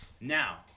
Now